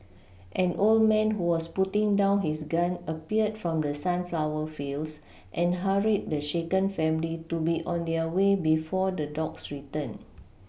an old man who was putting down his gun appeared from the sunflower fields and hurried the shaken family to be on their way before the dogs return